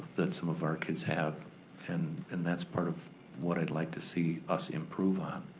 that some of our kids have and and that's part of what i'd like to see us improve on.